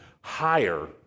higher